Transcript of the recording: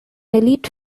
elite